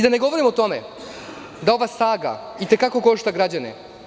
Da ne govorim o tome da ova saga itekako košta građane.